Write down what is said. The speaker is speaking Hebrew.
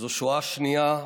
שואה שנייה,